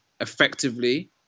effectively